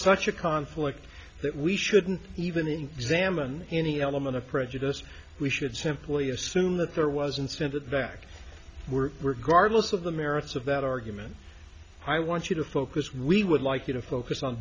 such a conflict that we shouldn't even examine any element of prejudice we should simply assume that there was and send it back we're regardless of the merits of that argument i want you to focus we would like you to focus on